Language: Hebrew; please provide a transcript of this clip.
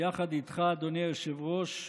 ויחד איתך, אדוני היושב-ראש,